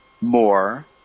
more